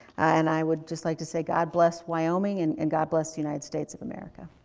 and i would just like to say, god bless wyoming. and and god bless the united states of america.